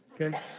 Okay